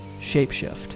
shapeshift